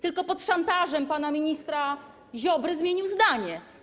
Tylko pod szantażem pana ministra Ziobry zmienił zdanie.